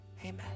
amen